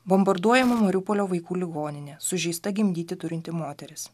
bombarduojama mariupolio vaikų ligoninė sužeista gimdyti turinti moteris